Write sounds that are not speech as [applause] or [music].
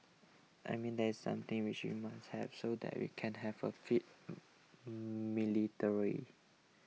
I mean that's something which we must have so that we can have a fit [hesitation] military